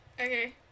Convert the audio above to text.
Okay